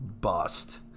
bust